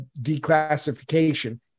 declassification